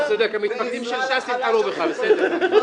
אתה צודק, המתפקדים של ש"ס יבחרו בך, בסדר.